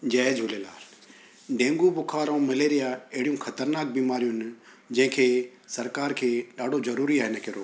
जय Jhulelal dengue बुखार ऐं malaria अहिड़ियूं ख़तरनाक बीमारियूं आहिनि जंहिंखे सरकार खे ॾाढो ज़रूरी आहे हिनखे रोकणु